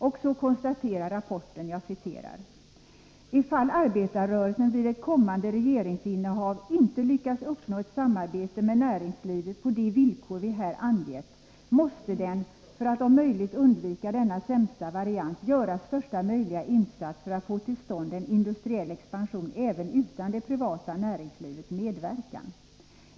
Och så konstaterar rapporten: Ifall arbetarrörelsen vid ett kommande regeringsinnehav inte lyckas uppnå ett samarbete med näringslivet på de villkor vi här angett, måste den, för att om möjligt undvika denna sämsta variant, göra största möjliga insats för att få till stånd en industriell expansion även utan det privata näringslivets medverkan.